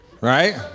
Right